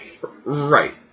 Right